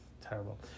Terrible